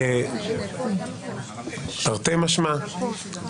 תרתי משמע.